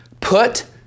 put